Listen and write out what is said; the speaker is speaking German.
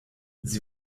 sie